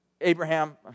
Abraham